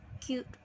cute